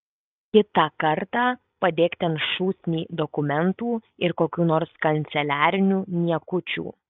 kitą kartą padėk ten šūsnį dokumentų ir kokių nors kanceliarinių niekučių